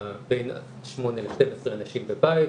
בין שמונה ל-12 אנשים בבית,